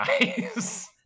nice